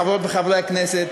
חברות וחברי הכנסת,